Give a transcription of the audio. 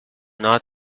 not